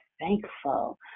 thankful